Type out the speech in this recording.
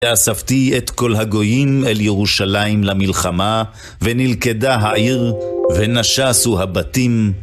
ואספתי את כל הגויים אל ירושלים למלחמה ונלכדה העיר ונשסו הבתים.